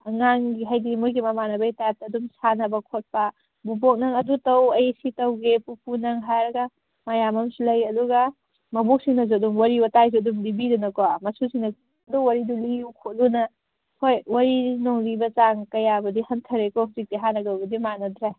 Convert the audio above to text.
ꯑꯉꯥꯡꯒꯤ ꯍꯥꯏꯗꯤ ꯃꯣꯏꯒꯤ ꯃꯥꯃꯥꯟꯅꯕꯒꯤ ꯇꯥꯏꯞꯇ ꯑꯗꯨꯝ ꯁꯥꯟꯅꯕ ꯈꯣꯠꯄ ꯕꯨꯕꯣꯛ ꯅꯪ ꯑꯗꯨ ꯇꯧ ꯑꯩ ꯁꯤ ꯇꯧꯒꯦ ꯄꯨꯄꯨ ꯅꯪ ꯍꯥꯏꯔꯒ ꯃꯌꯥꯝ ꯑꯃꯁꯨ ꯂꯩ ꯑꯗꯨꯒ ꯃꯕꯣꯛꯁꯤꯡꯅꯁꯨ ꯑꯗꯨꯝ ꯋꯥꯔꯤ ꯋꯥꯇꯥꯏꯁꯨ ꯑꯗꯨꯝ ꯂꯤꯕꯤꯗꯅꯀꯣ ꯃꯁꯨꯁꯤꯡꯅꯁꯨ ꯑꯗꯨ ꯋꯥꯔꯤꯗꯨ ꯂꯤꯎ ꯈꯣꯠꯂꯨꯅ ꯍꯣꯏ ꯋꯥꯔꯤ ꯅꯨꯡ ꯂꯤꯕ ꯆꯥꯡ ꯀꯌꯥꯕꯨꯗꯤ ꯍꯟꯊꯔꯦꯀꯣ ꯍꯧꯖꯤꯛꯇꯤ ꯍꯥꯟꯅꯒꯕꯨꯗꯤ ꯃꯥꯟꯅꯗ꯭ꯔꯦ